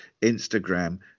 Instagram